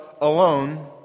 alone